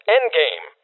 Endgame